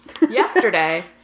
Yesterday